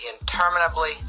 interminably